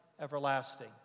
everlasting